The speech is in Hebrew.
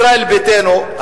ישראל ביתנו,